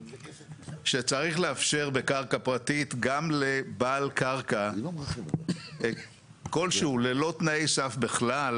שצריך לאפשר בקרקע פרטית גם לבעל קרקע כלשהו ללא תנאי סף בכלל,